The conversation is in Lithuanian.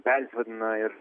persivadina ir